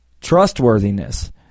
trustworthiness